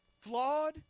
flawed